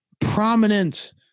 prominent